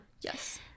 Yes